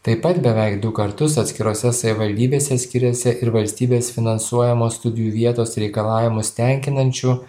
taip pat beveik du kartus atskirose savivaldybėse skiriasi ir valstybės finansuojamos studijų vietos reikalavimus tenkinančių